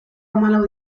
hamalau